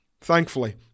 Thankfully